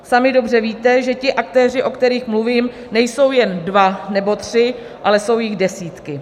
Sami dobře víte, že ti aktéři, o kterých mluvím, nejsou jen dva nebo tři, ale jsou jich desítky.